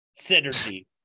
Synergy